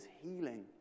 healing